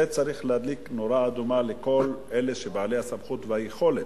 זה צריך להדליק נורה אדומה לכל אלה שהם בעלי הסמכות והיכולת.